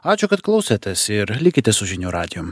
ačiū kad klausotės ir likite su žinių radiju